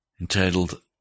entitled